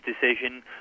decision